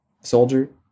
soldier